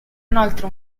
inoltre